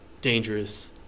dangerous